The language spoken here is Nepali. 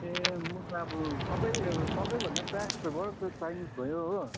ए म त अब सबै सबै भन्दा पनि प्रायः जस्तो चाइनिज भयो हो